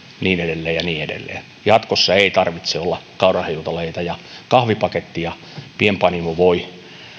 niin edelleen ja niin edelleen jatkossa ei tarvitse olla kaurahiutaleita ja kahvipakettia pienpanimo voi